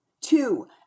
Two